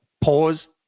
pause